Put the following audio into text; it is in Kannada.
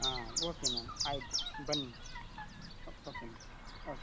ಹಾಂ ಓಕೆ ಮ್ಯಾಮ್ ಆಯಿತು ಬನ್ನಿ ಓಕೆ ಮ್ಯಾಮ್ ಓಕೆ